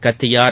கத்தியார்